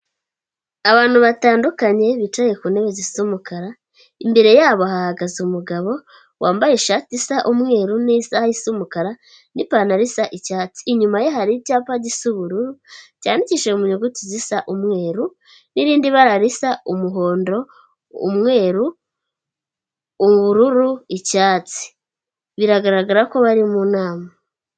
Abantu batandukanye bicaye ku ntebe zisa umukara. Imbere yabo hahagaze umugabo wambaye ishati isa umweru n'isaha isa umukara n'ipantalo isa icyatsi. Inyuma ye hari icyapa gisa ubururu cyandikishije mu nyuguti zisa umweru n'irindi bara risa umuhondo, umweru, ubururu, icyatsi. Biragaragara ko bari mu nama.